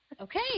Okay